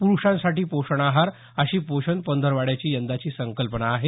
प्रुषांसाठी पोषणहार अशी पोषण पंधरवड्याची यंदाची संकल्पना आहे